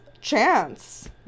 chance